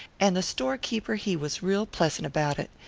and the store-keeper he was real pleasant about it.